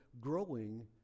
growing